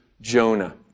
Jonah